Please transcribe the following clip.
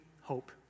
hope